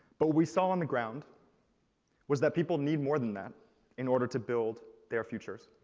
but we saw on the ground was that people need more than that in order to build their futures.